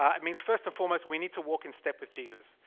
i mean first and foremost, we need to walk in step with jesus.